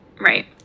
right